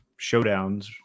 showdowns